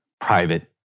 Private